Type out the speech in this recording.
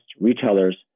retailers